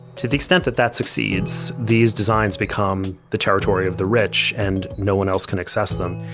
to the extent that that succeeds, these designs become the territory of the rich and no-one else can access them.